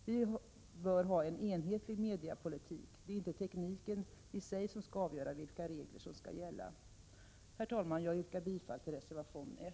Vi bör ha en enhetlig mediapolitik — det är inte tekniken i sig som skall avgöra vilka regler som skall gälla. Herr talman! Jag yrkar bifall till reservation 1.